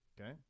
Okay